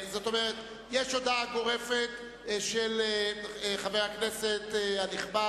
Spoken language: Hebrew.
זאת אומרת, יש הודעה גורפת של חבר הכנסת הנכבד,